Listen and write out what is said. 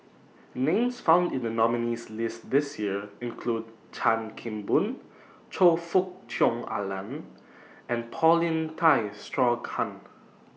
Names found in The nominees' list This Year include Chan Kim Boon Choe Fook Cheong Alan and Paulin Tay Straughan